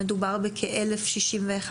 מדובר בכ-1,061?